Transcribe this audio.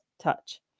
touch